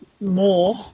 more